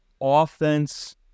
offense